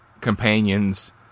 companions